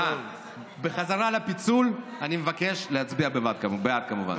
בחזרה לפיצול, אני מבקש להצביע בעד, כמובן.